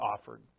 offered